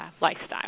lifestyle